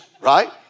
right